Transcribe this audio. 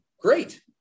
Great